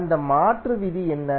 அந்த மாற்று விதி என்ன